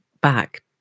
back